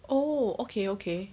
oh okay okay